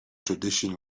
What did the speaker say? tradition